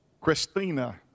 Christina